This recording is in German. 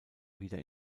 wieder